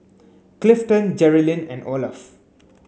Clifton Jerrilyn and Olaf